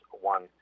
one